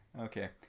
Okay